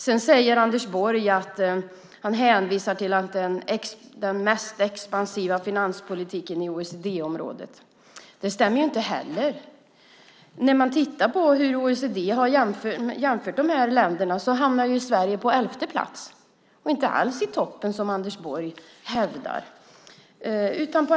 Sedan hänvisar Anders Borg till att det är den mest expansiva finanspolitiken i OECD-området. Det stämmer inte heller. Man kan titta på hur OECD har jämfört de här länderna. Då hamnar Sverige på elfte plats och inte alls i toppen, som Anders Borg hävdar.